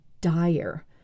dire